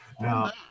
Now